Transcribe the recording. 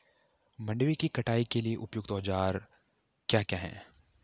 मंडवे की कटाई के लिए उपयुक्त औज़ार क्या क्या हैं?